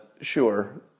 sure